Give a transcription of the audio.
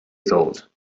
thought